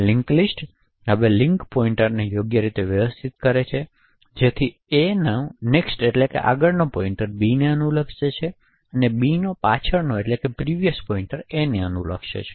linked list હવે link list પોઇંટરો યોગ્ય રીતે વ્યવસ્થિત થાય છે જેથી a ના આગળના પોઇન્ટર b ને અનુલક્ષીને અને b ના પાછલા પોઇન્ટર a ને અનુલક્ષે છે